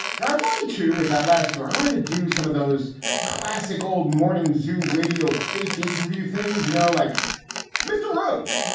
now, i wanted to with that last story. i wanted to do some of those classic old morning zoo radio, fake interview things. you know, like mr. rose,